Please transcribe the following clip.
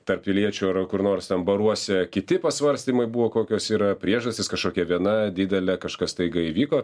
tarp piliečių ar kur nors ten baruose kiti pasvarstymai buvo kokios yra priežastys kažkokia viena didelė kažkas staiga įvyko